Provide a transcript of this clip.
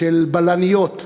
של בלניות,